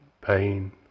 pain